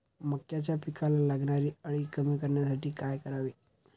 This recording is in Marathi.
मक्याच्या पिकाला लागणारी अळी कमी करण्यासाठी काय करावे?